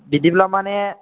बिदिब्ला माने